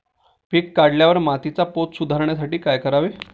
पीक काढल्यावर मातीचा पोत सुधारण्यासाठी काय करावे?